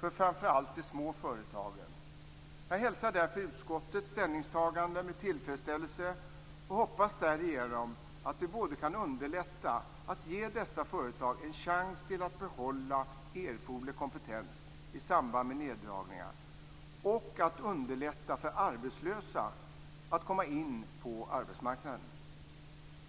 för framför allt de små företagen. Jag hälsar därför utskottets ställningstagande med tillfredsställelse och hoppas att vi därigenom både kan underlätta för dessa företag, så att de får en chans att behålla erforderlig kompetens i samband med neddragningar, och underlätta för arbetslösa att komma in på arbetsmarknaden.